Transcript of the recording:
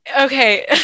Okay